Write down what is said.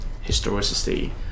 historicity